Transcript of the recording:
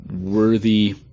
worthy